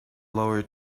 lower